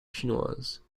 chinoises